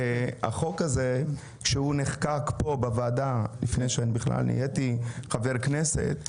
החוק הזה נחקק פה בוועדה לפני שנהייתי בכלל חבר כנסת.